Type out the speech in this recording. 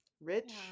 Rich